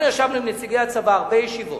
אנחנו ישבנו עם נציגי הצבא הרבה ישיבות,